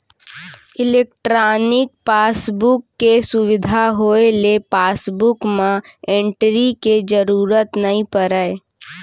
electronic passbook के सुबिधा होए ले पासबुक म एंटरी के जरूरत नइ परय